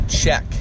check